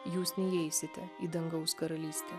jūs neįeisite į dangaus karalystę